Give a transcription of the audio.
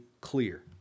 clear